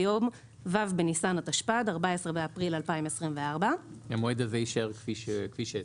ביום ו' בניסן התשפ"ד (14 באפריל 2024). המועד הזה יישאר כפי שהצעתם.